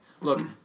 look